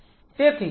તે આ રીતે છે